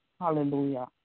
Hallelujah